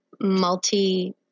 multi